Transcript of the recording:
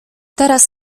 teraz